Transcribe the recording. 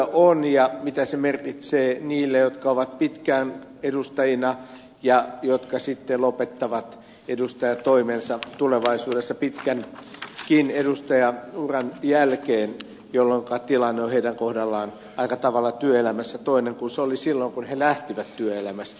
toisaalta on se näkökulma mitä se merkitsee niille jotka ovat pitkään edustajina ja jotka sitten lopettavat edustajantoimensa tulevaisuudessa pitkänkin edustajauran jälkeen jolloinka tilanne on heidän kohdallaan aika tavalla työelämässä toinen kuin se oli silloin kun he lähtivät työelämästä